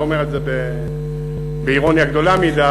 אני לא אומר את זה באירוניה גדולה מדי,